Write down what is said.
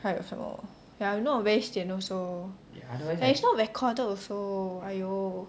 还有什么 if not very sian also and it's not recorded also !aiyo!